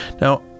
Now